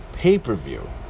pay-per-view